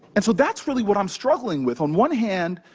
and so that's really what i'm struggling with. on one hand,